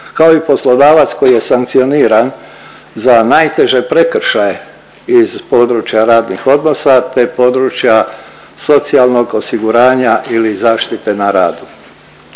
kao i poslodavac koji je sankcioniran za najteže prekršaje iz područja radnih odnosa te područja socijalnog osiguranja ili zaštite na radu.